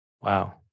wow